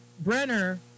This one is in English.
Brenner